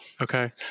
Okay